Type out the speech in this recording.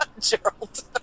Gerald